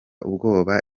ubwoba